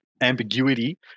ambiguity